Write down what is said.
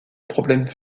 problèmes